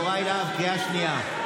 יוראי להב, קריאה שנייה.